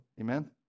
Amen